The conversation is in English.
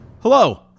Hello